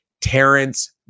Terrence